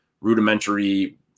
rudimentary